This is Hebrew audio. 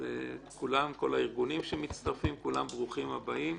כולם, כל הארגונים שמצטרפים, לכולם ברוכים הבאים.